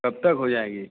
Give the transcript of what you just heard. कब तक हो जायेंगी